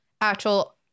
actual